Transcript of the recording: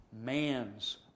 man's